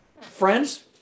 Friends